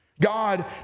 God